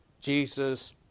Jesus